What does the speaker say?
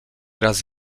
raz